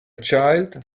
child